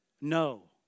No